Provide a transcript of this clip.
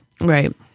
Right